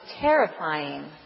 terrifying